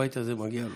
הבית הזה, מגיע לו.